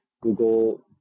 Google